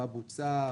מה בוצע,